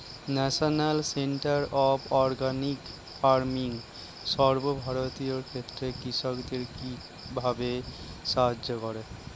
National Centre of Organic Farming সর্বভারতীয় ক্ষেত্রে কৃষকদের কিভাবে সাহায্য করে?